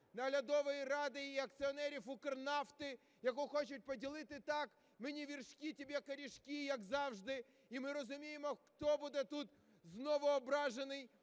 Наглядової ради і акціонерів Укрнафти, яку хочуть поділити так: мені – вершки, тебе – корешки, як завжди? І ми розуміємо, хто буде тут знову ображений.